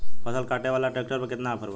फसल काटे वाला ट्रैक्टर पर केतना ऑफर बा?